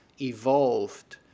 evolved